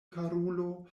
karulo